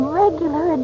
regular